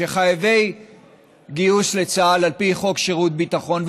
שהם חייבי גיוס לצה"ל על פי חוק שירות ביטחון,